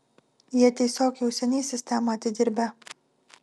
jie tiesiog jau seniai sistemą atidirbę